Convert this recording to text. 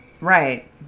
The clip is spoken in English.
right